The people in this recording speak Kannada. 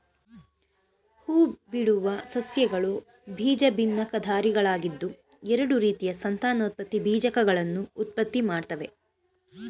ಹೂಬಿಡುವ ಸಸ್ಯಗಳು ಭಿನ್ನಬೀಜಕಧಾರಿಗಳಾಗಿದ್ದು ಎರಡು ರೀತಿಯ ಸಂತಾನೋತ್ಪತ್ತಿ ಬೀಜಕಗಳನ್ನು ಉತ್ಪತ್ತಿಮಾಡ್ತವೆ